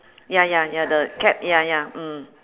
ya ya ya the cap ya ya mm